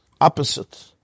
opposite